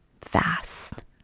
fast